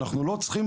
אנחנו לא צריכים,